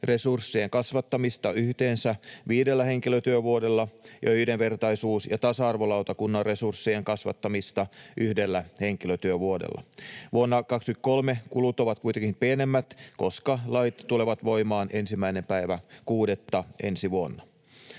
resurssien kasvattamista yhteensä viidellä henkilötyövuodella ja yhdenvertaisuus- ja tasa-arvolautakunnan resurssien kasvattamista yhdellä henkilötyövuodella. Vuonna 23 kulut ovat kuitenkin pienemmät, koska lait tulevat voimaan 1.6. ensi vuonna.